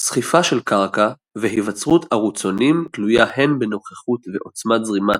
סחיפה של קרקע והיווצרות ערוצונים תלויה הן בנוכחות ועוצמת זרימת